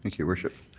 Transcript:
your worship.